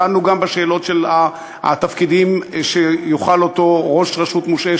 דנו גם בשאלות של התפקידים שיוכל אותו ראש רשות מושעה,